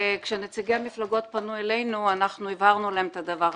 כשנציגי המפלגות פנו אלינו הבהרנו להם את הדבר הבא: